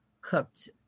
cooked